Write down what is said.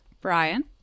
Brian